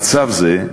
במצב זה,